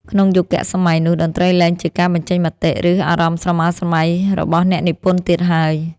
ក្នុងយុគសម័យនោះ តន្ត្រីលែងជាការបញ្ចេញមតិ ឬអារម្មណ៍ស្រមើស្រមៃរបស់អ្នកនិពន្ធទៀតហើយ។